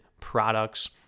products